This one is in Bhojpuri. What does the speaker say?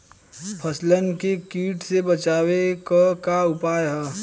फसलन के कीट से बचावे क का उपाय है?